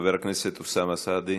חבר הכנסת אוסאמה סעדי,